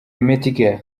metkel